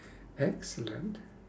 excellent